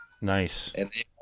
Nice